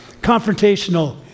Confrontational